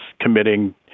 committing